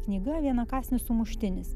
knyga vieno kąsnio sumuštinis